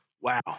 Wow